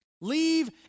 Leave